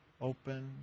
open